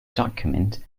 document